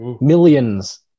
millions